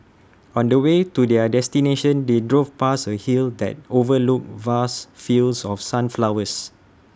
on the way to their destination they drove past A hill that overlooked vast fields of sunflowers